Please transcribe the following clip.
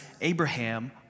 Abraham